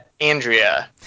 Andrea